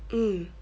mm